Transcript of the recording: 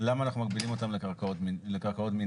למה אנחנו מגבילים אותן לקרקעות מנהל?